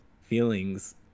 feelings